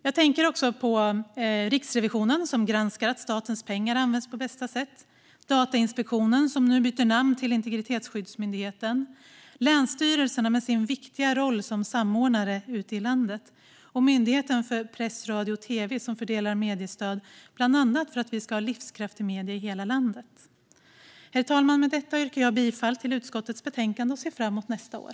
Jag tänker också på Riksrevisionen som granskar att statens pengar används på bästa sätt, Datainspektionen som nu byter namn till Integritetsskyddsmyndigheten, länsstyrelserna med sin viktiga roll som samordnare ute i landet och Myndigheten för press, radio och tv som fördelar mediestöd bland annat för att vi ska ha livskraftiga medier i hela landet. Herr talman! Med detta yrkar jag bifall till utskottets förslag i betänkandet och ser fram mot nästa år.